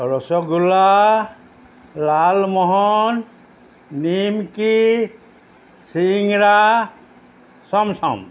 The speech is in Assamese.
ৰসগোল্লা লালমোহন নিমকি চিংৰা চমচম